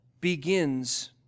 begins